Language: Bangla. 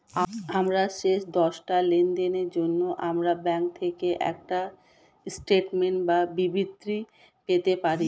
আমাদের শেষ দশটা লেনদেনের জন্য আমরা ব্যাংক থেকে একটা স্টেটমেন্ট বা বিবৃতি পেতে পারি